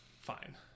Fine